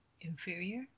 Inferior